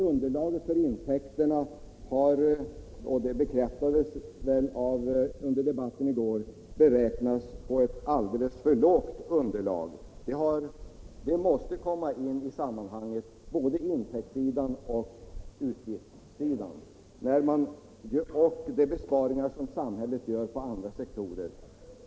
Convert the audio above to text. Underlaget för intäkterna har — och detta bekräftades väl under debatten i går — beräknats alldeles för lågt. Både intäktssidan och utgiftssidan måste komma in i sammanhanget, liksom de besparingar som samhället gör på andra sektorer.